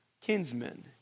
kinsmen